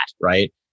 right